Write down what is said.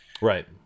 right